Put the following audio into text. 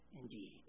indeed